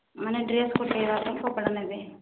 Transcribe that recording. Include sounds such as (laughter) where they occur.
ମାନେ ଡ୍ରେସ (unintelligible) କପଡ଼ା ନେବେ